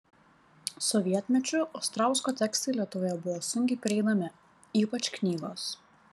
sovietmečiu ostrausko tekstai lietuvoje buvo sunkiai prieinami ypač knygos